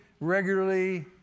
regularly